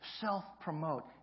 self-promote